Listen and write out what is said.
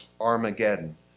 Armageddon